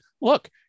look